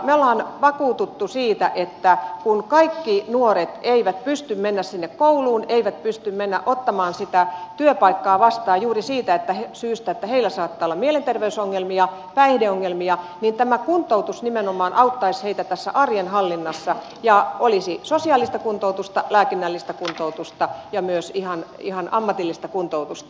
me olemme vakuuttuneita siitä että kun kaikki nuoret eivät pysty menemään sinne kouluun eivät pysty menemään ottamaan sitä työpaikkaa vastaan juuri siitä syystä että heillä saattaa olla mielenterveysongelmia päihdeongelmia niin tämä kuntoutus nimenomaan auttaisi heitä tässä arjen hallinnassa ja olisi sosiaalista kuntoutusta lääkinnällistä kuntoutusta ja myös ihan ammatillista kuntoutusta